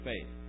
faith